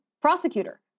prosecutor